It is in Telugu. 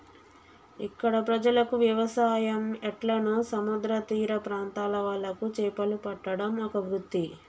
ఇక్కడ ప్రజలకు వ్యవసాయం ఎట్లనో సముద్ర తీర ప్రాంత్రాల వాళ్లకు చేపలు పట్టడం ఒక వృత్తి